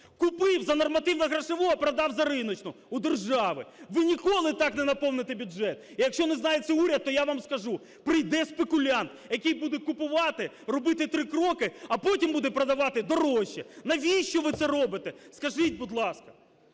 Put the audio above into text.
Купив за нормативно-грошову, а продав за риночну у держави. Ви ніколи так не наповните бюджет. І якщо не знає це уряд, то я вам скажу: прийде спекулянт, який буде купувати, робити три кроки, а потім буде продавати дорожче. Навіщо ви це робите, скажіть, будь ласка?